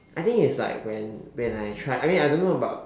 I think it's like when when I try I mean I don't know about